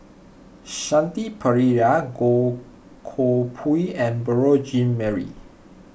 Shanti Pereira Goh Koh Pui and Beurel Jean Marie